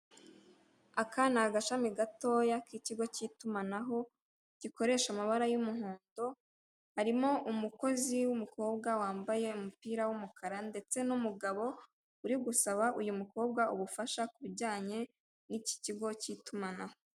Aka ni agashami gatoya k'ikigo cy'itumanaho, gikoresha amabara y'umuhondo, harimo umukozi w'umukobwa wambaye umupira w'umukara ndetse n'umugabo uri gusaba uyu mukobwa ubufasha kubijyanye n'iki kigo cy'itumanaho.